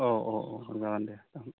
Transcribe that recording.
अ अ अ जागोन दे जागोन